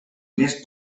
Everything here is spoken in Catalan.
més